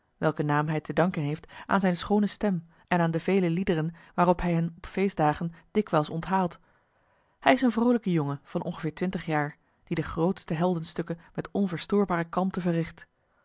welken naam hij te danken heeft aan zijne schoone stem en aan de vele liederen waarop hij hen op feestdagen dikwijls onthaalt hij is een vroolijke jongen van ongeveer twintig jaar die de grootste heldenstukken met onverstoorbare kalmte verricht